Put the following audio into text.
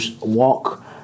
walk